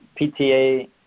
PTA